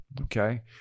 Okay